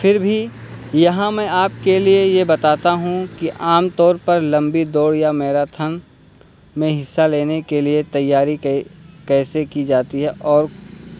پھر بھی یہاں میں آپ کے لیے یہ بتاتا ہوں کہ عام طور پر لمبی دوڑ یا میراتھن میں حصہ لینے کے لیے تیاری کیسے کی جاتی ہے اور